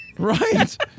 Right